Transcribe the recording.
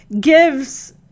gives